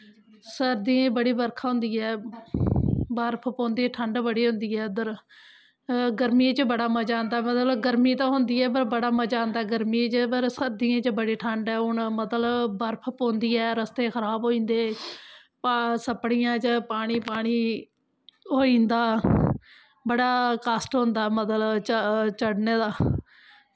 सर्दियें च बड़ी बरखा होंदी ऐ बर्फ पौंदी ठंड बड़ी होंदी ऐ उद्धर गर्मियें च बड़ा मज़ा आंदा मतलब गर्मी ते होंदे ऐ पर बड़ा मजा आंदा गर्मियें च पर सर्दियें च बड़ी ठंड ऐ हून मतलब बर्फ पौंदी ऐ रस्ते खराब होई जंदे पा छपड़ियें च पानी पानी होई जंदा बड़ा कश्ट होंदा मतलब चढ़ने दा